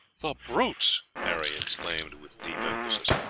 the brutes! harry exclaimed, with deep emphasis.